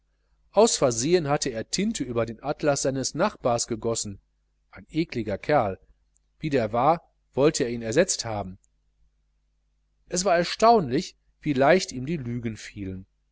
aus versehen hatte er tinte über den atlas seines nachbars gegossen ein ekliger kerl wie der war wollte er ihn ersetzt haben es war erstaunlich wie leicht ihm die lügen fielen